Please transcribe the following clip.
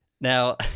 Now